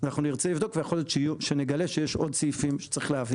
אנחנו נרצה לבדוק ויכול להיות שנגלה שיש עוד סעיפים שצריך להבהיר.